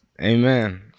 Amen